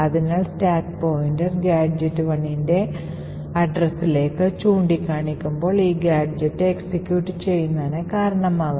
അതിനാൽ stack pointer gadget 1 ന്റെ address ലേക്ക് ചൂണ്ടിക്കാണിക്കുമ്പോൾ ഈ ഗാഡ്ജെറ്റ് എക്സിക്യൂട്ട് ചെയ്യുന്നതിന് കാരണമാകും